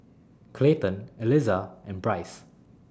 Clayton Eliza and Bryce